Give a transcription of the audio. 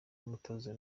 y’umutoza